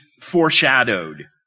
Foreshadowed